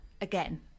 Again